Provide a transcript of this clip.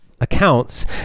accounts